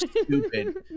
stupid